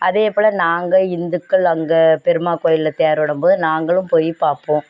அதே போல் நாங்கள் இந்துக்கள் அங்கே பெருமாள் கோயிலில் தேர் விடம் போது நாங்களும் போய் பார்ப்போம்